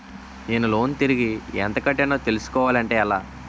నేను లోన్ తిరిగి ఎంత కట్టానో తెలుసుకోవాలి అంటే ఎలా?